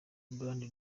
band